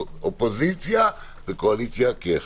אופוזיציה וקואליציה כאחד.